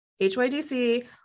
HYDC